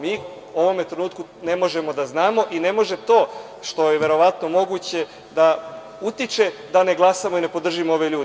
Mi u ovome trenutku ne možemo da znamo i ne može to što je verovatno moguće da utiče da ne glasamo i ne podržimo ove ljude.